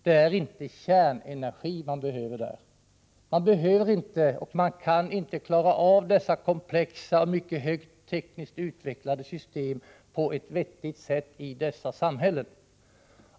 Det är inte kärnenergi man behöver där. Man behöver inte, och man kan inte klara av, dessa komplexa och högt tekniskt utvecklade system på ett vettigt sätt i dessa samhällen.